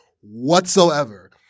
whatsoever